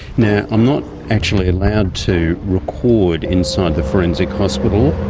now, i'm not actually allowed to record inside the forensic hospital,